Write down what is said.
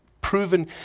proven